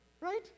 right